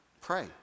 pray